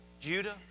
Judah